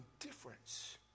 indifference